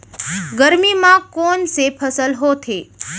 गरमी मा कोन से फसल होथे?